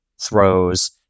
throws